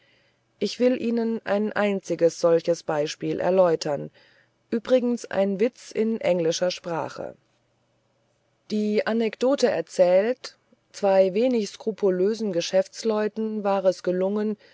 ich will ihnen ein einziges solches beispiel erläutern übrigens einen witz in englischer sprache die anekdote erzählt zwei wenig skrupulösen geschäftsleuten war es gelungen